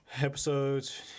Episodes